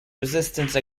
resistance